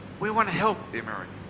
we want to help the americans.